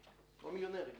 מיליונרים,